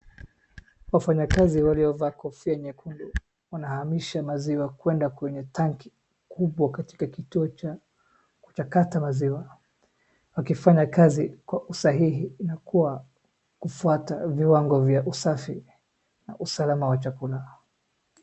Wafanyakazi waliovaa kofia nyekundu wanahamisha maziwa kuenda kwenye tanki kubwa katika kituo cha kuchakata maziwa. wakifanya kazi kwa usahihi na kwa kufuata viwango vya usafi na usalama wa chakula.